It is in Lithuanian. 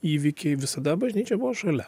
įvykiai visada bažnyčia buvo šalia